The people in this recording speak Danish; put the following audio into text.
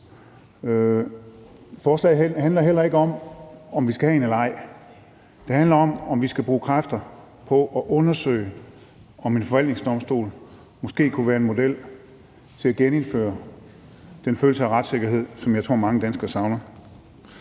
Forslaget handler heller ikke om, om vi skal have en eller ej – det handler om, om vi skal bruge kræfter på at undersøge, om en forvaltningsdomstol måske kunne være en model til at genindføre den følelse af retssikkerhed, som jeg tror mange danskere savner.